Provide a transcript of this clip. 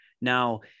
now